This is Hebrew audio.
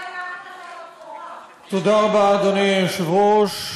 אדוני היושב-ראש,